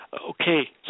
okay